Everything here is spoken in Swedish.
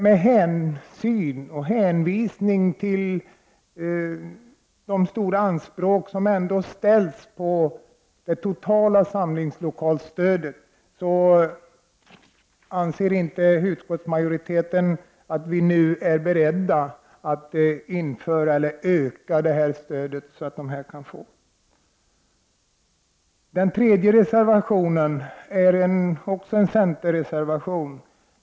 Med hänvisning till de stora anspråk som totalt ställs på samlingslokalstödet anser sig utskottsmajoriteten dock inte nu vara beredd att utöka stödet till att omfatta bidrag också till dessa lokaler. Också den tredje reservationen är en centerreservation.